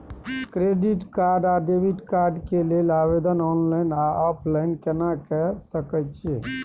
Credit card आ debit card के लेल आवेदन ऑनलाइन आ ऑफलाइन केना के सकय छियै?